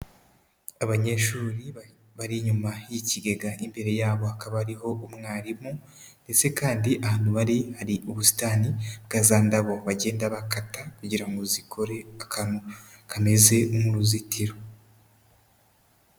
Abanyeshuri bari inyuma y'ikigega imbere yabo hakaba hariho umwarimu, ndetse kandi ahantu bari ari ubusitani bwa za ndabo bagenda bakata kugira ngo zikore akantu kameze nk'uruzitiro.